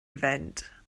event